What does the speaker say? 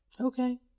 Okay